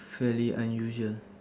fairly unusual